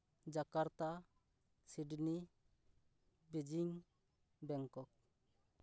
Jakarta Sydney Beijing Bangkok